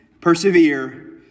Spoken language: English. persevere